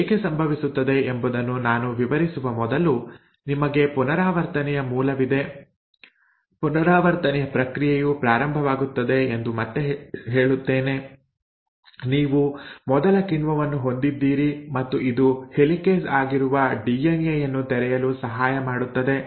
ಅದು ಏಕೆ ಸಂಭವಿಸುತ್ತದೆ ಎಂಬುದನ್ನು ನಾನು ವಿವರಿಸುವ ಮೊದಲು ನಿಮಗೆ ಪುನರಾವರ್ತನೆಯ ಮೂಲವಿದೆ ಪುನರಾವರ್ತನೆಯ ಪ್ರಕ್ರಿಯೆಯು ಪ್ರಾರಂಭವಾಗುತ್ತದೆ ಎಂದು ಮತ್ತೆ ಹೇಳುತ್ತೇನೆ ನೀವು ಮೊದಲ ಕಿಣ್ವವನ್ನು ಹೊಂದಿದ್ದೀರಿ ಮತ್ತು ಇದು ಹೆಲಿಕೇಸ್ ಆಗಿರುವ ಡಿಎನ್ಎ ಯನ್ನು ತೆರೆಯಲು ಸಹಾಯ ಮಾಡುತ್ತದೆ